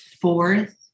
fourth